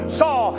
saw